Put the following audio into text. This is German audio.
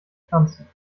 pflanzen